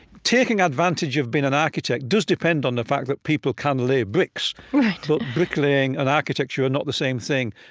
taking advantage of being an architect does depend on the fact that people can lay bricks right but bricklaying and architecture are not the same thing.